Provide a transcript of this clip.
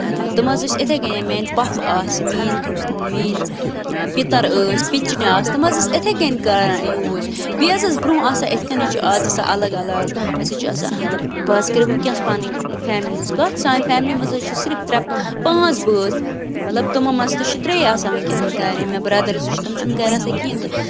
تِم حظ ٲسۍ یِتھَے کٔنۍ یِم میٛانہِ پۄپھٕ آسہٕ میٛٲنۍ میٛٲنۍ پِتَر ٲسۍ پِچنہِ آسہٕ تِم حظ ٲسۍ یِتھَے کٔنۍ کَران یوٗز بیٚیہِ حظ ٲس برٛونٛہہ آسان یِتھ کٔنۍ حظ چھِ آز آسان الگ الگ أسۍ حظ چھِ آسان مطلب بہٕ حظ کَرٕ وٕنۍکٮ۪نَس پَنٕنۍ فیملی ہِنٛز کَتھ سانہِ فیملی منٛز حظ چھِ صرف ترٛےٚ پانٛژھ بٲژ مطلب تِمو منٛز تہِ چھِ ترٛے آسان وٕنۍکٮ۪نَس گَرِ یِم مےٚ برٛدَر زٕ چھِ تِم چھِنہٕ گَرِ آسان کِہیٖنۍ تہٕ